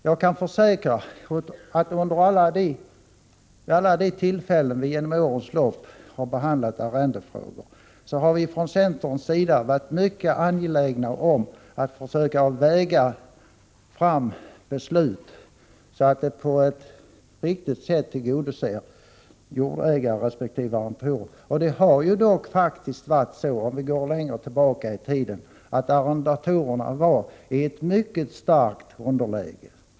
Jag kan försäkra att under alla de tillfällen vi genom årens lopp har behandlat arrendefrågor har vi från centerns sida varit mycket angelägna om att försöka väga fram beslut, så att de på ett riktigt sätt tillgodoser jordägarna och arrendatorerna. Längre tillbaka i tiden var faktiskt arrendatorerna i ett mycket starkt underläge.